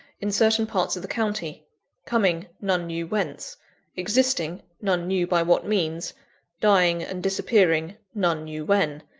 in certain parts of the county coming, none knew whence existing, none knew by what means dying and disappearing, none knew when.